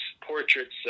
portraits